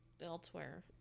Elsewhere